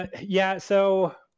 yeah. so,